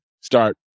start